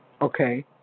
Okay